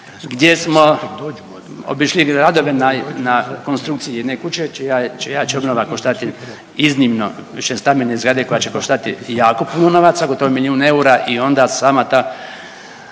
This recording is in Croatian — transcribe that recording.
gdje smo obišli gradove na konstrukciji jedne kuće čija će obnova koštati iznimno, višestambene zgrade koja će koštati jako puno novaca, gotovo milijun eura i onda sama ta,